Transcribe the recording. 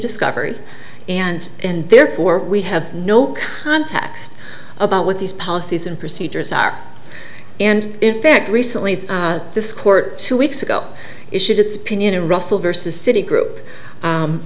discovery and and therefore we have no context about what these policies and procedures are and in fact recently this court two weeks ago issued its opinion in russell versus citi group